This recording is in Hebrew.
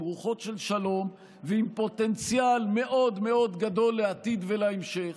עם רוחות של שלום ועם פוטנציאל מאוד מאוד גדול לעתיד ולהמשך,